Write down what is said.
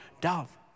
dove